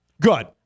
Good